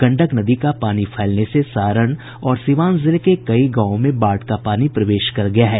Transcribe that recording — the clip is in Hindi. गंडक नदी का पानी फैलने से सारण और सिवान जिले के कई गांवों में बाढ़ का पानी प्रवेश कर गया है